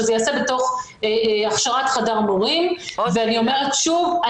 שזה ייעשה בתוך הכשרת חדר המורים ואני אומרת שוב,